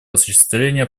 осуществления